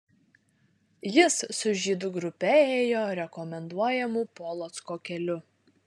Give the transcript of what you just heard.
jis su žydų grupe ėjo rekomenduojamu polocko keliu